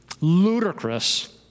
ludicrous